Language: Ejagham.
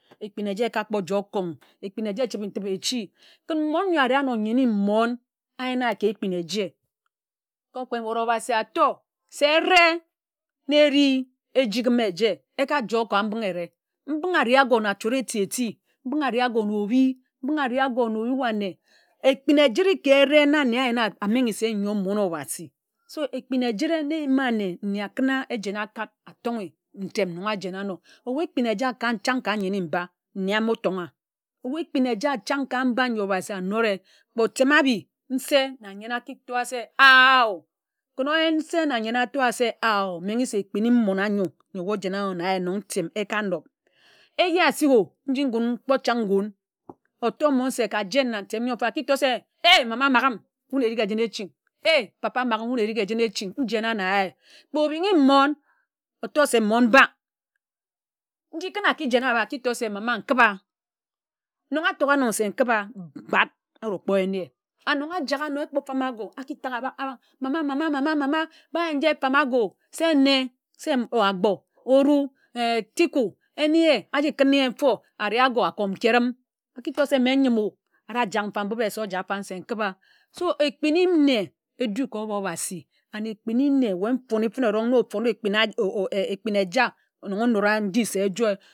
Ekpin eja eka kpo joe okún ekpin eja echibe ntip echi ken mmon n̄yo ari ano nyene mmon áyena ka ekpin eje kpe nwed obhasi ator se ereh na eri ejighim eje eka jo ka mbinghe ereh mbinghe ari aǵo na achort eti-eti mbinghe ri aǵo na obhi mbinghe ari ago na oyua nne ekpin ejiri ke ereh na nne ayina amenghe se n̄yo mmon obhasi so ekpin ejire na eyim ane nne akuna ejen akad atonghe ntem ńyo ejene ano. Ebu ekpin eja ka chan̄ ka nyene-mba nne amo tōna ebu ekpin eja chan̄ ka mba n̄yi obhasi anōde kpe otem abi nse na nyen aki toa se ah oh ken oyen nse na nyen a to a se ah oh menghe se ekpini mmon ányo nob ojena na ye nnon ntem aka nob. eje asik o nji ngún kpo chan̄ ngun ōtor se ei mama mághim erik ejina echin ei papa maghim wun erik ejina echin njene na ye kpe obinghi mmon otor se mmon bak nji kún aki jen ába aki tor se mama nkiba nnon atok ano se nkiba kpād orokpo oyin ye anong ajak ano ekpó fam agȯ aki tak abāk mama mama mama ba yen nji efábe ago se ene se Agbor, oru, tiku ene aji kūn ye mfo āreh ago nkom ke rim aki tor se mme nyim o. Areh ajak mfa nki toe se ojak fan se nkiba so ekpini nne edu ka ōbo obhasi and ekpini nne weh nfone fene erong na ofone ekpin eja onon̄g onóda nji se ejoe.